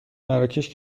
مراکش